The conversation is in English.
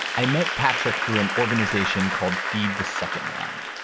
i met patrick through an organization called feed the second line.